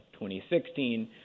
2016